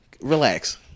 Relax